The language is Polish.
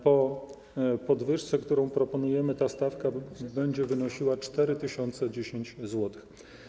Po podwyżce, którą proponujemy, ta stawka będzie wynosiła 4010 zł.